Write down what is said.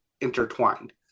intertwined